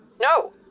No